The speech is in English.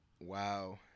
Wow